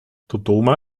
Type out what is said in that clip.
dodoma